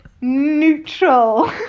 Neutral